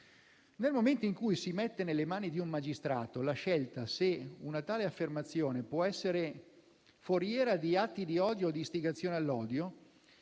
Nel momento in cui si mette nelle mani di un magistrato la scelta se una tale affermazione possa essere foriera di atti di odio o di istigazione all'odio,